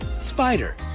Spider